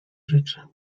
życzy